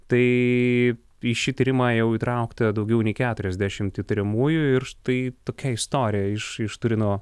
tai į šį tyrimą jau įtraukta daugiau nei keturiasdešimt įtariamųjų ir štai tokia istorija iš iš turino